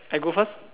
I go first